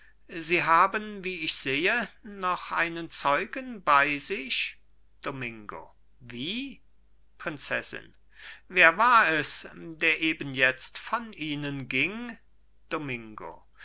sie haben wie ich sehe noch einen zeugen bei sich domingo wie prinzessin wer war es der eben jetzt von ihnen ging domingo